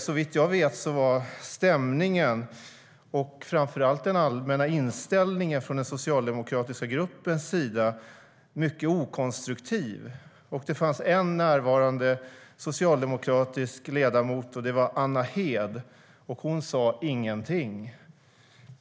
Såvitt jag vet var stämningen och framför allt den allmänna inställningen i den socialdemokratiska gruppen okonstruktiv. Den enda närvarande socialdemokratiska ledamoten var Anna Hedh, och hon sa ingenting.